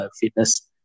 fitness